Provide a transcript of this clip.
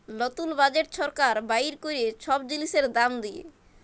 লতুল বাজেট ছরকার বাইর ক্যরে ছব জিলিসের দাম দিঁয়ে